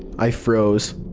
i froze.